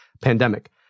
pandemic